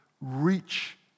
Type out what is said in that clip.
reach